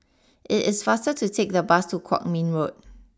it is faster to take the bus to Kwong Min Road